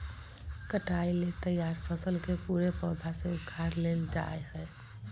कटाई ले तैयार फसल के पूरे पौधा से उखाड़ लेल जाय हइ